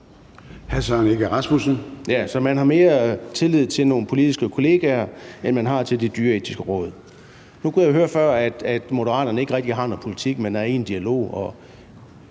så man har mere tillid til nogle politiske kollegaer, end man har til Det Dyreetiske Råd? Nu kunne jeg høre før, at Moderaterne ikke rigtig har noget politik, men man er i en dialog,